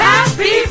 Happy